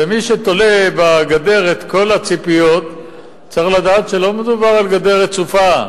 ומי שתולה בגדר את כל הציפיות צריך לדעת שלא מדובר על גדר רצופה,